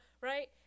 right